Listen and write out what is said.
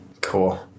cool